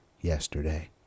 yesterday